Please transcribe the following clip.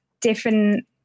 different